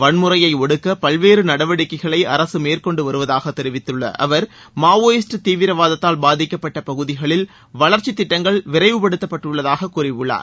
வன்முறையை ஒடுக்க பல்வேறு நடவடிக்கைகளை அரசு மேற்கொண்டு வருவதாக தெரிவித்துள்ள மாவோயிஸ்ட் தீவிரவாதத்தால் பாதிக்கப்பட்ட வளர்ச்சி பகுதிகளில் திட்டங்கள் அவர் விரைவுப்படுத்தப்பட்டுள்ளதாக கூறியுள்ளார்